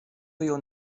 wyjął